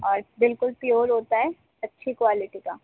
اور بالکل پیور ہوتا ہے اچھی کوالٹی کا